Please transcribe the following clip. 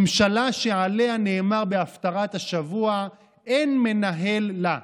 ממשלה שעליה נאמר בהפטרת השבוע "אין מנהל לה".